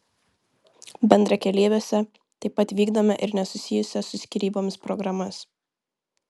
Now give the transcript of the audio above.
bendrakeleiviuose taip pat vykdome ir nesusijusias su skyrybomis programas